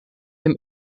dem